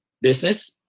business